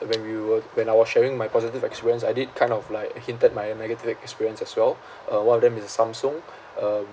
were when we were when I was sharing my positive experience I did kind of like hinted my negative experience as well uh one of them is the samsung um